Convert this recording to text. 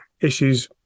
issues